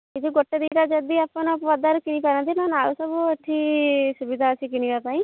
କିନ୍ତୁ ଗୋଟେ ଦୁଇଟା ଯଦି ଆପଣ ପଦାରୁ କିଣିପାରନ୍ତି ନହେନେ ଆଉ ସବୁ ଏଠି ସୁବିଧା ଅଛି କିଣିବାପାଇଁ